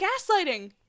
gaslighting